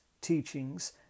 teachings